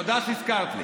תודה שהזכרת לי.